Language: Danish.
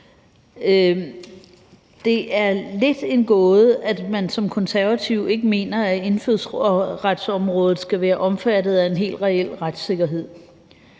Det er lidt en gåde, at man som konservativ ikke mener, at indfødsretsområdet skal være omfattet af en helt reel retssikkerhed.